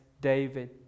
David